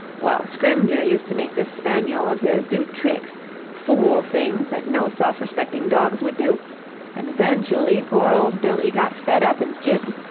well, scrymgeour used to make this spaniel of his do tricks fool-things that no self-respecting dogs would do and eventually poor old billy got fed up and jibbed.